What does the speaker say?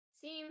seems